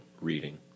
reading